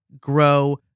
grow